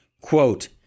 Quote